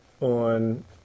on